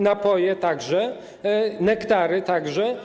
Napoje także, nektary także.